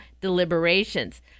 deliberations